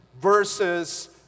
versus